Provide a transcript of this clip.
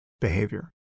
behavior